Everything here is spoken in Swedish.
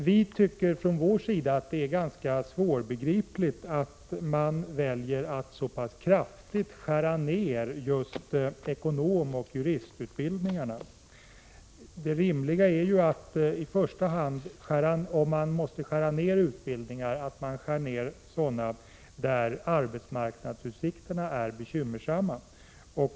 Vi tycker från vår sida att det är ganska svårbegripligt att man väljer att så pass kraftigt skära ner just ekonomoch juristutbildningarna. Det rimliga är ju, om man måste skära ner utbildningar, att man i första hand skär ner sådana där arbetsmarknadsutsikterna är bekymmersamma.